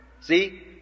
See